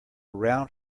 round